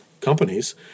companies